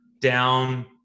down